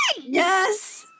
Yes